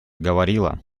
говорила